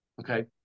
Okay